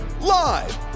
live